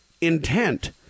intent